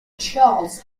charles